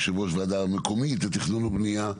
יושב ראש ועדה מקומית לתכנון ובנייה.